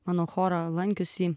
mano chorą lankiusi